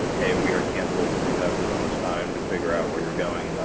hey, we are canceled. you have this much time and to figure out where you're going, da,